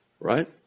Right